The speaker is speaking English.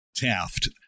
Taft